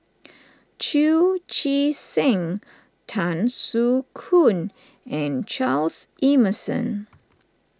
Chu Chee Seng Tan Soo Khoon and Charles Emmerson